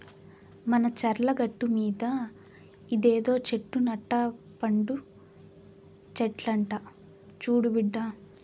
మన చర్ల గట్టుమీద ఇదేదో చెట్టు నట్ట పండు చెట్లంట చూడు బిడ్డా